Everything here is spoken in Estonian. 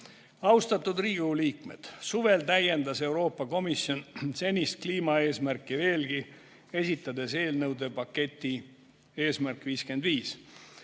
Austatud Riigikogu liikmed! Suvel täiendas Euroopa Komisjon senist kliimaeesmärki veelgi, esitades eelnõude paketi "Eesmärk 55".